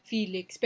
Felix